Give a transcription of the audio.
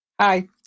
hi